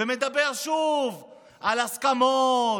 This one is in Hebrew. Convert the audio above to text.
ומדבר שוב על הסכמות,